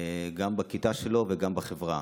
גם בכיתה שלו וגם בחברה.